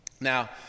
Now